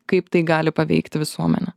kaip tai gali paveikti visuomenę